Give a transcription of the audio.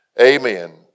amen